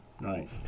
Right